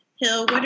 Hill